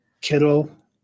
Kittle